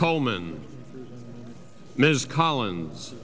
coleman ms collins